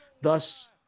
thus